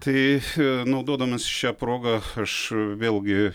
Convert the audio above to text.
tai naudodamasis šia proga aš vėlgi